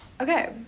Okay